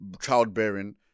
childbearing